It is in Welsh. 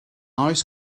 oes